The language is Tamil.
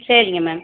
சரிங்க மேம்